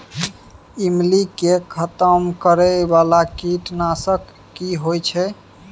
ईमली के खतम करैय बाला कीट नासक की होय छै?